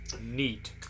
Neat